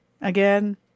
Again